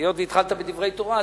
היות שהתחלת בדברי תורה,